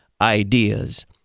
ideas